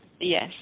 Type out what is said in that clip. Yes